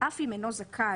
"אף אם אינו זכאי